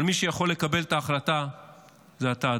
אבל מי שיכול לקבל את ההחלטה זה אתה,